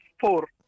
four